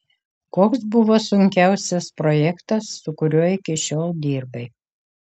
koks buvo sunkiausias projektas su kuriuo iki šiol dirbai